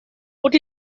what